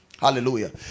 Hallelujah